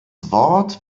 wort